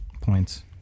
points